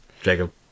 Jacob